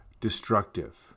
destructive